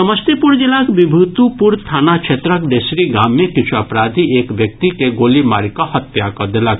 समस्तीपुर जिलाक विभूतिपुर थाना क्षेत्रक देसरी गाम मे किछु अपराधी एक व्यक्ति के गोली मारि कऽ हत्या कऽ देलक